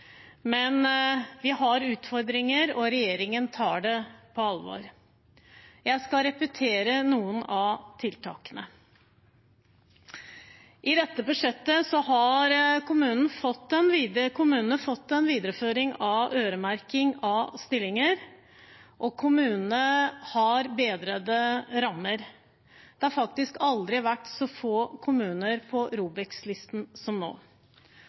men vi har utfordringer, og regjeringen tar det på alvor. Jeg skal repetere noen av tiltakene. I dette budsjettet har kommunene fått en videreføring av øremerking av stillinger, og kommunene har bedrede rammer. Det har faktisk aldri vært så få kommuner på ROBEK-listen som nå.